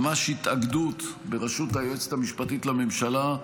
ממש התאגדות, בראשות היועצת המשפטית לממשלה,